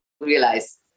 realize